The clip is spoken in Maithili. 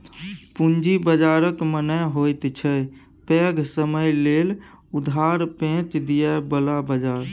पूंजी बाजारक मने होइत छै पैघ समय लेल उधार पैंच दिअ बला बजार